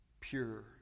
Pure